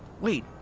Wait